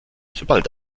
sobald